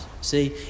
See